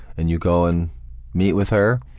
and you go and meet with her,